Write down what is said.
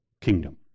kingdom